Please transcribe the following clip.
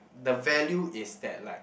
the value is that like